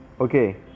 okay